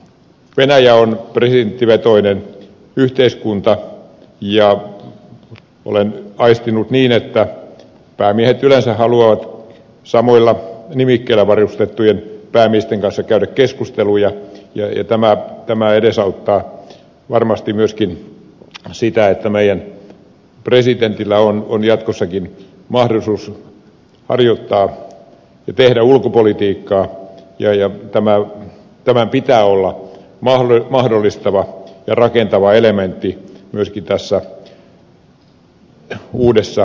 venäjä on presidenttivetoinen yhteiskunta ja olen aistinut niin että päämiehet yleensä haluavat samoilla nimikkeillä varustettujen päämiesten kanssa käydä keskusteluja ja tämä edesauttaa varmasti myöskin sitä että meidän presidentillämme on jatkossakin mahdollisuus harjoittaa ja tehdä ulkopolitiikkaa ja tämän pitää olla mahdollistava ja rakentava elementti myöskin tässä uudessa perustuslaissa